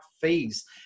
fees